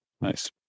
Nice